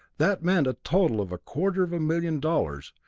that meant a total of a quarter of a million dollars,